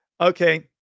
Okay